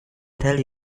tell